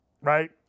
right